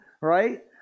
right